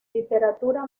literatura